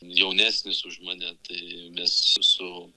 jaunesnis už mane tai mes su